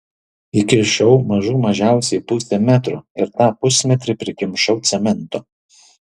įkišau mažų mažiausiai pusę metro ir tą pusmetrį prikimšau cemento